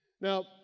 Now